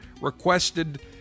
requested